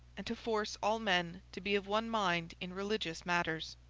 and to force all men to be of one mind in religious matters.